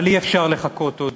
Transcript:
אבל אי-אפשר לחכות עוד.